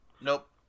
Nope